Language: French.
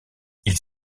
ils